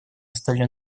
стали